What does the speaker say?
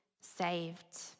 saved